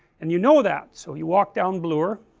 and you know that, so you walk down bloor